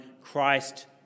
Christ